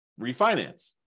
refinance